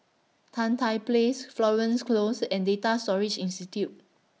Tan Tye Place Florence Close and Data Storage Institute